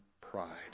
pride